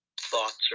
thoughts